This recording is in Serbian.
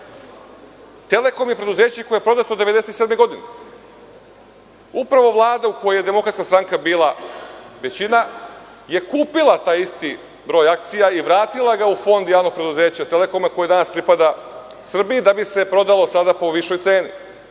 Telekom je preduzeće koje je prodato 1997. godine. Upravo Vlada u kojoj je Demokratska stranka bila većina je kupila taj isti broj akcija i vratila ga u Fond Javnog preduzeća „Telekoma“, koje danas pripada Srbiji, da bi se prodalo sada po višoj ceni.